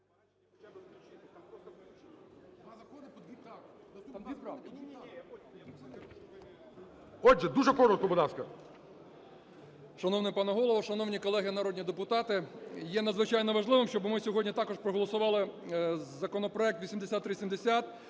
Шановний пане Голово, шановні колеги народні депутати! Є надзвичайно важливим, щоби ми сьогодні також проголосували законопроект 8370